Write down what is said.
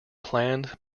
planned